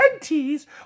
teas